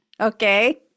okay